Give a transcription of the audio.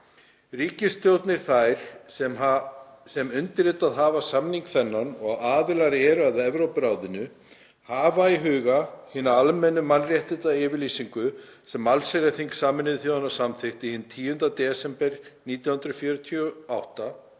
„Ríkisstjórnir þær, sem undirritað hafa samning þennan og aðilar eru að Evrópuráðinu, hafa í huga hina almennu mannréttindayfirlýsingu, sem allsherjarþing Sameinuðu þjóðanna samþykkti hinn 10. desember 1948;